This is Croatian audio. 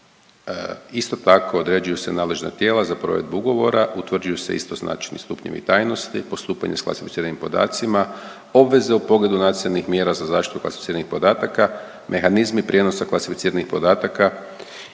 Isto tako određuju se nadležna tijela za provedbu ugovora, utvrđuju se istoznačni stupnjevi tajnosti postupanja s klasificiranim podacima, obveze u pogledu nacionalnih mjera za zaštitu klasificiranih podataka, mehanizmi prijenosa klasificiranih podataka